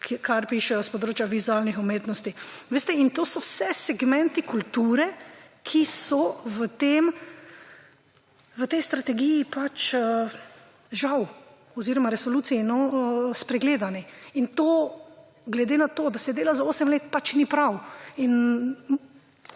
kar pišejo s področja vizualnih umetnosti. To so vse segmenti kulture, ki so v tej strategiji pač žal oziroma resoluciji spregledani in glede na to, da se dela za 8 let ni prav.